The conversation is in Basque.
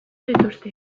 dituzte